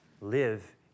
live